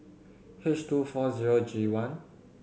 H two four zero G one